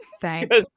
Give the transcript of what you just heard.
Thanks